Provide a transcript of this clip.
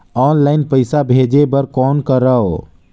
Online पईसा भेजे बर कौन करव?